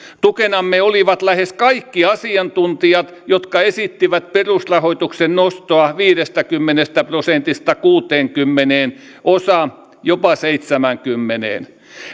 tukenamme olivat lähes kaikki asiantuntijat jotka esittivät perusrahoituksen nostoa viidestäkymmenestä prosentista kuuteenkymmeneen osa jopa seitsemäänkymmeneen